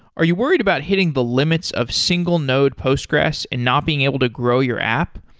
are you worried about hitting the limits of single node postgressql and not being able to grow your app,